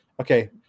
Okay